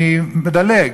אני מדלג,